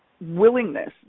willingness